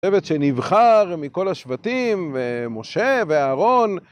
השבט שנבחר מכל השבטים, משה ואהרון